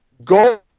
Go